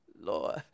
Lord